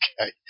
Okay